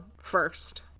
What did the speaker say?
first